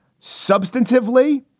Substantively